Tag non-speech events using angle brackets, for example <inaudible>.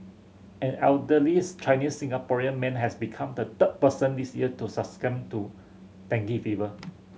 an elderly <unintelligible> Chinese Singaporean man has become the third person this year to succumb to dengue fever